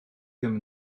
ddim